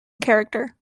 character